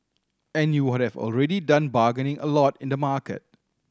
and you would have already done bargaining a lot in the market